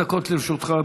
אדוני, עשר דקות לרשותך.